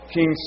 King